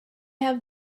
have